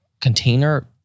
container